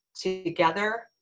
together